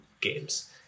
games